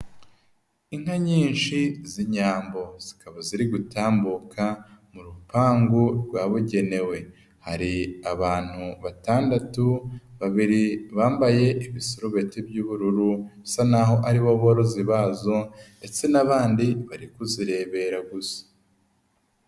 Inka nyinshi z'inyambo, zikaba ziri gutambuka mu rupangu rwabugenewe. Hari abantu batandatu, babiri bambaye ibisurubeti by'ubururu, bisa naho aribo borozi bazo ndetse n'abandi bari kuzirebera gusa.